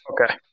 Okay